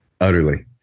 Utterly